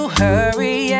hurry